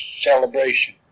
celebration